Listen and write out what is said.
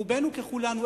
רובנו ככולנו,